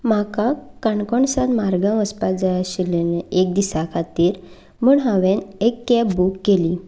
म्हाका काणकोणसान मार्गांव वसपा जाय आशिल्लें एक दिसा खातीर म्हूण हांवें एक कॅब बूक केली